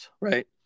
Right